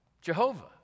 Jehovah